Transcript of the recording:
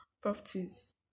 properties